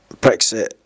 Brexit